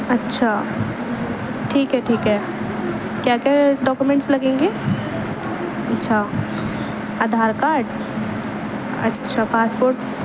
اچھا ٹھیک ہے ٹھیک ہے کیا کیا ڈاکومنٹس لگیں گے اچھا آدھار کارڈ اچھا پاسپورٹ